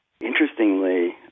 interestingly